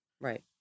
Right